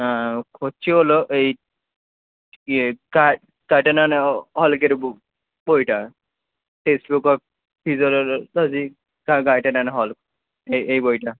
হ্যাঁ হচ্ছে হলো এই ইয়ে কার্টার অ্যান্ড হলের বইটা text book of physiology Guyton and Hall এই বইটা